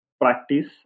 practice